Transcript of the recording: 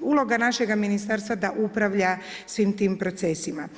uloga našega ministarstva da upravlja svim tim procesima.